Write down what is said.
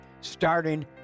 starting